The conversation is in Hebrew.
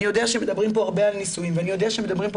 אני יודע שמדברים פה הרבה על נישואין ואני יודע שמדברים פה